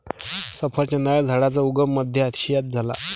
सफरचंदाच्या झाडाचा उगम मध्य आशियात झाला